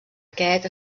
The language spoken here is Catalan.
aquest